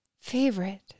favorite